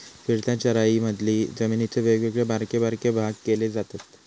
फिरत्या चराईमधी जमिनीचे वेगवेगळे बारके बारके भाग केले जातत